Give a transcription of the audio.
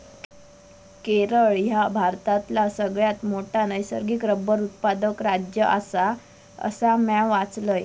केरळ ह्या भारतातला सगळ्यात मोठा नैसर्गिक रबर उत्पादक राज्य आसा, असा म्या वाचलंय